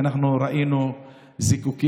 כי אנחנו ראינו זיקוקים,